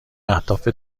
اهداف